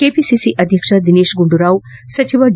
KPCC ಅಧ್ಯಕ್ಷ ದಿನೇತ್ ಗುಂಡೂರಾವ್ ಸಚಿವ D